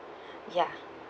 ya